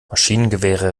maschinengewehre